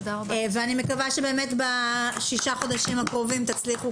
אני מקווה שבאמת בשישה חודשים הקרובים תצליחו